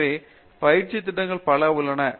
எனவே பயிற்சி திட்டங்கள் பல உள்ளன